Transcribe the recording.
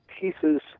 pieces